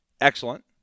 Excellent